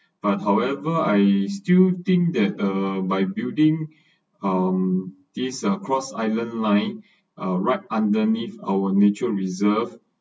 but however I still think that uh by building um these uh cross island line uh right underneath our nature reserved